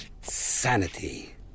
sanity